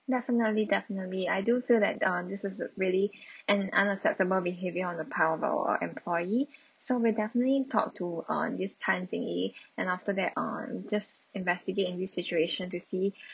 definitely definitely I do feel that uh this is really an unacceptable behavior on the part of our employee so we definitely talk to uh this tang jing yi and after that uh just investigate in this situation to see